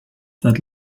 that